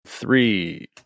Three